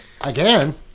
Again